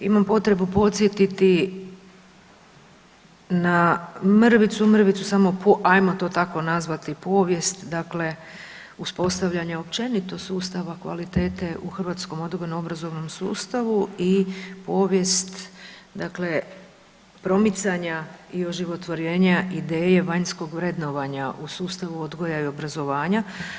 Imam potrebu podsjetiti na mrvicu, mrvicu samo, ajmo to tako nazvati povijest dakle uspostavljanje općenito sustava kvalitete u hrvatskom odgojno-obrazovnom sustavu i povijest dakle promicanja i oživotvorenja ideje vanjskog vrednovanja u sustavu odgoja i obrazovanja.